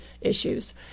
issues